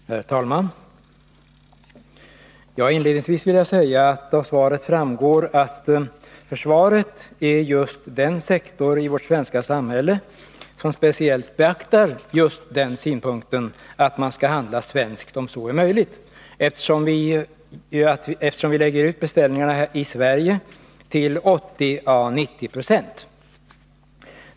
Herr talman! Inledningsvis vill jag säga att — det framgår också av svaret — försvaret är den sektor i vårt svenska samhälle som speciellt beaktar just önskemålet att man om möjligt skall handla svenskt. Vi lägger ut beställningarna i Sverige till 80 å 90 96.